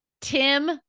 Tim